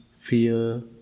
fear